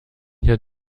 hier